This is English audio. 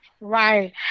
Right